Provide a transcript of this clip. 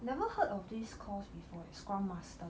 never heard of this course before scrum master